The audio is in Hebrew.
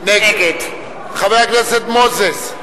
נגד מנחם אליעזר מוזס,